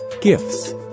gifts